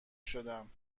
شدم